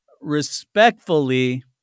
respectfully